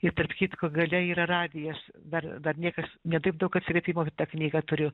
ir tarp kitko gale yra radijas dar dar niekas ne taip daug atsiliepimų apie tą knygą turiu